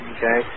Okay